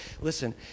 Listen